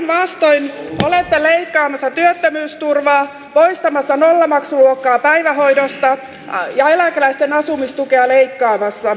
päinvastoin olette leikkaamassa työttömyysturvaa poistamassa nollamaksuluokkaa päivähoidosta ja eläkeläisten asumistukea leikkaamassa